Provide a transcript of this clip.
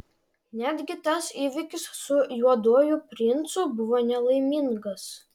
netgi tas įvykis su juoduoju princu buvo nelaimingas